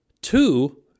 Two